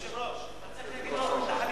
היושב-ראש, היית צריך להגיד לו להוריד את החליפה,